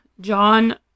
John